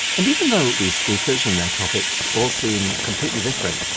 and even though these speakers and their topics all seem completely different,